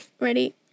Ready